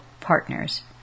partners